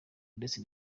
ndetse